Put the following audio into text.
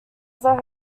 plaza